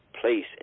place